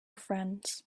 friends